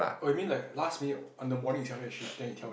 oh you mean like last minute on the morning itself then she then you tell them